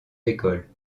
écoles